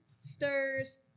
stirs